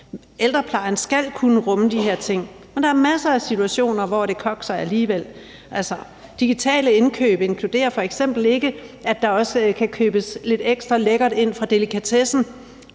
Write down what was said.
ældreplejen skal kunne rumme de her ting, men der er masser af situationer, hvor det kokser alligevel: Digitale indkøb inkluderer f.eks. ikke, at der også kan købes lidt ekstra lækkert ind fra delikatessen.